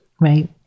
right